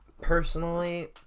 Personally